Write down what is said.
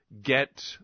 get